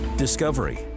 Discovery